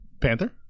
Panther